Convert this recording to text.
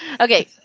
Okay